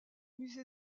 musée